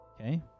Okay